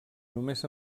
només